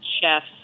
chefs